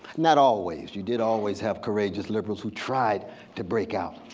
not always, you did always have courageous liberals who tried to break out,